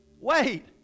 Wait